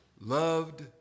loved